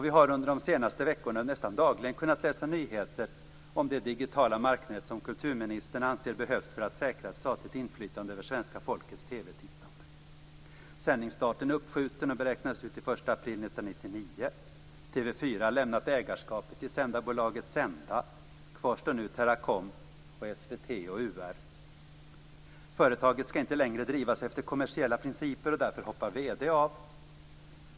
Vi har under de senaste veckorna nästan dagligen kunnat läsa nyheter om det digitala marknät som kulturministern anser behövs för att säkra ett statligt inflytande över svenska folkets TV-tittande. Sändningsstarten är uppskjuten och beräknas nu till den 1 Företaget skall inte längre drivas efter kommersiella principer, och därför hoppar VD av.